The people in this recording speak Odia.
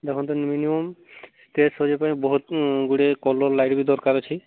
ଦେଖନ୍ତୁ ମିନିମମ୍ ଷ୍ଟେଜ୍ ସଜାଇବ ପାଇଁ ବହୁତ ଗୁଡିଏ କଲର୍ ଲାଇଟ୍ ବି ଦରକାର୍ ଅଛି